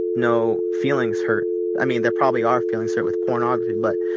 no feelings hurt i mean, there probably are feelings hurt with pornography but.